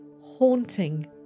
haunting